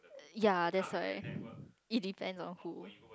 ya that's why it depends on who